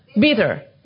Bitter